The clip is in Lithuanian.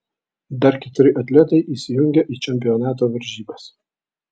dar keturi atletai įsijungia į čempionato varžybas